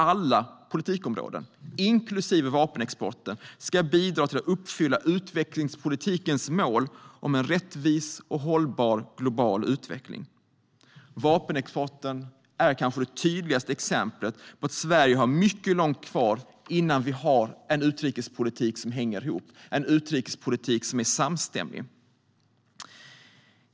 Alla politikområden, inklusive vapenexporten, ska bidra till att uppfylla utvecklingspolitikens mål om en rättvis och hållbar global utveckling. Strategisk export-kontroll 2015 - krigsmateriel och produkter med dubbla användningsområden Vapenexporten är kanske det tydligaste exemplet på att Sverige har mycket långt kvar innan vi har en politik som hänger ihop och är samstämmig.